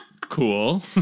cool